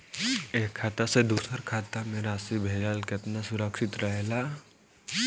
एक खाता से दूसर खाता में राशि भेजल केतना सुरक्षित रहेला?